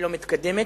שלא מתקבלת,